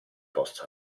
posto